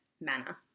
manner